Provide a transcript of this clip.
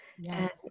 Yes